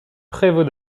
prévôt